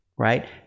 Right